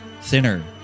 Thinner